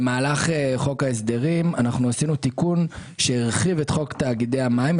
במהלך חוק ההסדרים עשינו תיקון שהרחיב את חוק תאגידי המים,